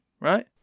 right